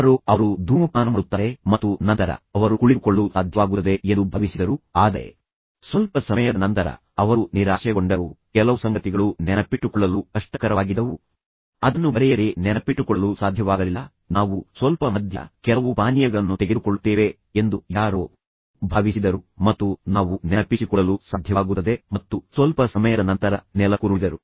ಯಾರೋ ಅವರು ಧೂಮಪಾನ ಮಾಡುತ್ತಾರೆ ಮತ್ತು ನಂತರ ಅವರು ಕುಳಿತುಕೊಳ್ಳಲು ಸಾಧ್ಯವಾಗುತ್ತದೆ ಎಂದು ಭಾವಿಸಿದ್ದರು ಆದರೆ ಸ್ವಲ್ಪ ಸಮಯದ ನಂತರ ಅವರು ನಿರಾಶೆಗೊಂಡರು ಕೆಲವು ಸಂಗತಿಗಳು ನೆನಪಿಟ್ಟುಕೊಳ್ಳಲು ಕಷ್ಟಕರವಾಗಿದ್ದವು ಅದನ್ನು ಬರೆಯದೆ ನೆನಪಿಟ್ಟುಕೊಳ್ಳಲು ಸಾಧ್ಯವಾಗಲಿಲ್ಲ ನಾವು ಸ್ವಲ್ಪ ಮದ್ಯ ಕೆಲವು ಪಾನೀಯಗಳನ್ನು ತೆಗೆದುಕೊಳ್ಳುತ್ತೇವೆ ಎಂದು ಯಾರೋ ಭಾವಿಸಿದರು ಮತ್ತು ನಾವು ನೆನಪಿಸಿಕೊಳ್ಳಲು ಸಾಧ್ಯವಾಗುತ್ತದೆ ಮತ್ತು ಸ್ವಲ್ಪ ಸಮಯದ ನಂತರ ನೆಲಕ್ಕುರುಳಿದರು